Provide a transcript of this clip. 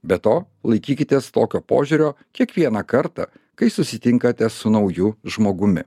be to laikykitės tokio požiūrio kiekvieną kartą kai susitinkate su nauju žmogumi